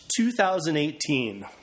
2018